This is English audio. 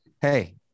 Hey